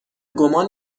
گمان